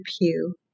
pew